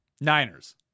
Niners